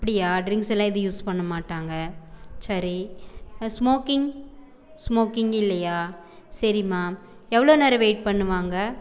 அப்படியா டிரிங்ஸ் எல்லாம் எதுவும் யூஸ் பண்ணமாட்டாங்க சரி ஸ்மோக்கிங் ஸ்மோக்கிங்கும் இல்லையா சரிம்மா எவ்வளோ நேரம் வெயிட் பண்ணுவாங்க